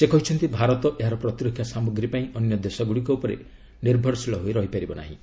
ସେ କହିଛନ୍ତି ଭାରତ ଏହାର ପ୍ରତିରକ୍ଷା ସାମଗ୍ରୀ ପାଇଁ ଅନ୍ୟ ଦେଶଗୁଡ଼ିକ ଉପରେ ନିର୍ଭରଶୀଳ ହୋଇ ରହିପାରିବ ନାହିଁ